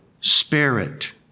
Spirit